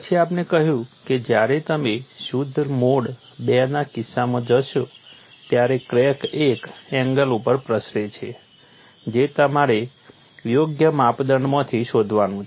પછી આપણે કહ્યું કે જ્યારે તમે શુદ્ધ મોડ II ના કિસ્સામાં જશો ત્યારે ક્રેક એક એંગલ ઉપર પ્રસરે છે જે તમારે યોગ્ય માપદંડમાંથી શોધવાનું છે